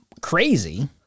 crazy